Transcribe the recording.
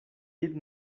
did